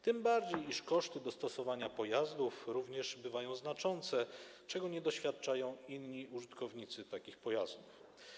Tym bardziej że koszty dostosowania pojazdów również bywają znaczące, czego nie doświadczają inni użytkownicy takich pojazdów.